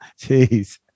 Jeez